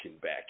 back